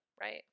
right